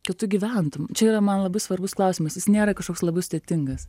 kad tu gyventum čia yra man labai svarbus klausimas jis nėra kažkoks labai sudėtingas